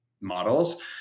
models